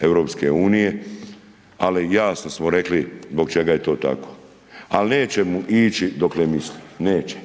državama EU-a ali jasno smo rekli zbog čega je to tako. Ali neće mu ići dokle misli, neće.